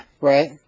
Right